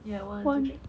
ya one two three